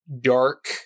dark